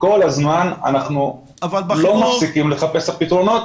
כל הזמן, אנחנו לא מספיקים לתת את הפתרונות.